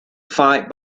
fight